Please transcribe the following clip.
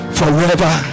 forever